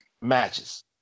matches